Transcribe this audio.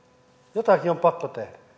jotakin on pakko tehdä